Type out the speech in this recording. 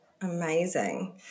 amazing